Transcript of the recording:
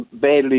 badly